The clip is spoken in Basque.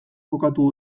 kokatu